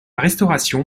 restauration